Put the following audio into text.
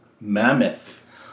mammoth